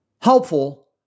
helpful